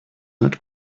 not